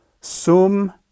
Sum